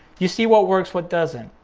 you see what works, what doesn't.